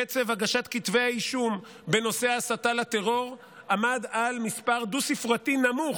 קצב הגשת כתבי האישום בנושא הסתה לטרור עמד על מספר דו-ספרתי נמוך,